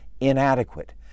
inadequate